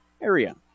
area